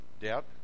doubt